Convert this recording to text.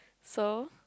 so